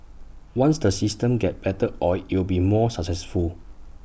once the system gets better oiled IT will be more successful